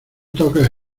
toques